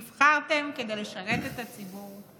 נבחרתם כדי לשרת את הציבור.